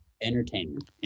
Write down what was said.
Entertainment